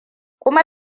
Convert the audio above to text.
kuma